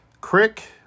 Crick